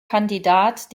kandidat